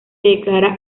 declara